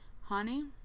Honey